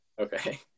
Okay